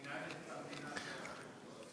היא מנהלת את המדינה עכשיו בטלפון.